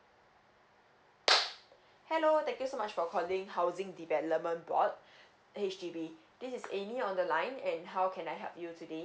hello thank you so much for calling housing development board H_D_B this is amy on the line and how can I help you today